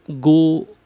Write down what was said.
go